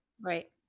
Right